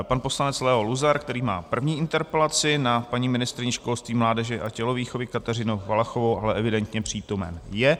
Pan poslanec Leo Luzar, který má první interpelaci na paní ministryni školství, mládeže a tělovýchovy Kateřinu Valachovou, ale evidentně přítomen je.